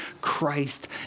Christ